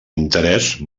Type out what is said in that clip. interès